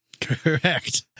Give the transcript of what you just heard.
Correct